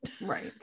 right